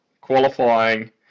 qualifying